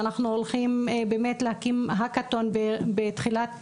אנחנו הולכים באמת להקים האקתון בתחילת